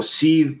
see